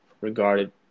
regarded